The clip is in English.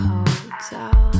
Hotel